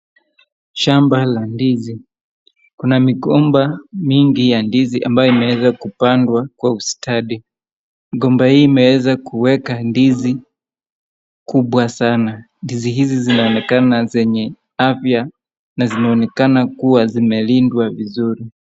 Shamba la ndizi. Kuna migomba mingi ya ndizi ambayo imeeza kupandwa kwa ustadi. Migomba hii imeeza kuweka ndizi kubwa sana. Ndizi hizi zinaonekana zenye afya na zinaonekana kuwa zimelindwa vizuri.